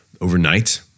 overnight